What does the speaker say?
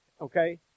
Okay